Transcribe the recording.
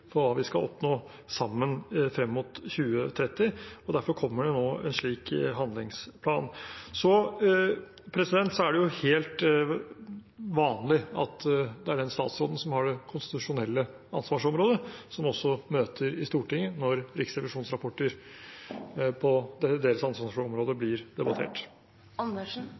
skal oppnå sammen frem mot 2030. Derfor kommer det nå en slik handlingsplan. Så er det helt vanlig at det er den statsråden som har det konstitusjonelle ansvarsområdet, som også møter i Stortinget når Riksrevisjonens rapporter på deres ansvarsområde blir